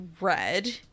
red